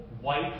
white